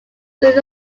through